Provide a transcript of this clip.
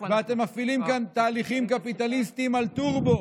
ואתם מפעילים כאן תהליכים קפיטליסטיים על טורבו.